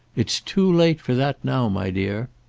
it's too late for that now, my dear.